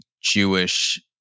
Jewish